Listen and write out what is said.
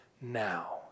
now